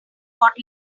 what